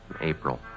April